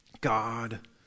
God